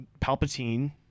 Palpatine